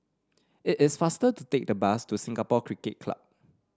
it is faster to take the bus to Singapore Cricket Club